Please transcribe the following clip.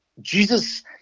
Jesus